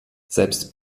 selbst